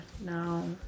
no